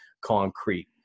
concrete